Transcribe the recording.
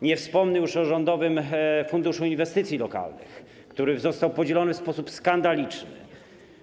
Nie wspomnę już o Rządowym Funduszu Inwestycji Lokalnych, który został podzielony w sposób skandaliczny.